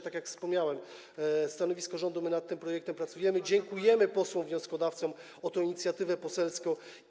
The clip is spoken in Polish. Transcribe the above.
Tak jak wspomniałem, jest stanowisko rządu, my nad tym projektem pracujmy, dziękujemy posłom wnioskodawcom za tę inicjatywę poselską.